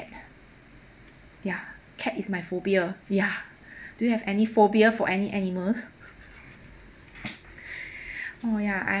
ya cat is my phobia ya do you have any phobia for any animals oh ya I